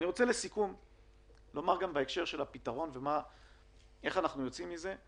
לסיכום אני רוצה לומר דברים בהקשר של הפתרון ואיך אנחנו יוצאים מזה.